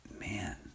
Man